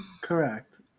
Correct